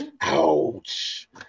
Ouch